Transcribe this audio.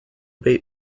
bait